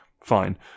fine